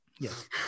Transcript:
Yes